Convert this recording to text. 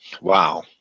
Wow